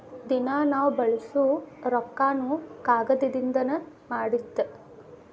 ದಿನಾ ನಾವ ಬಳಸು ರೊಕ್ಕಾನು ಕಾಗದದಿಂದನ ಮಾಡಿದ್ದ